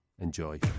enjoy